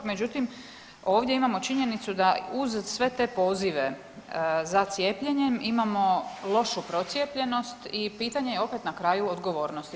Međutim ovdje imamo činjenicu da uz sve te pozive za cijepljenjem imamo lošu procijepljenost i pitanje je opet na kraju odgovornosti.